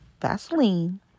Vaseline